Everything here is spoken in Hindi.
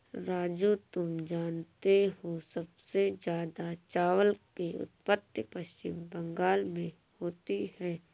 राजू तुम जानते हो सबसे ज्यादा चावल की उत्पत्ति पश्चिम बंगाल में होती है